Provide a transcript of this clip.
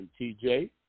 TJ